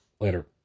Later